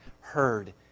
heard